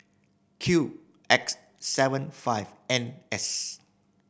Q X seven five N S